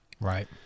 Right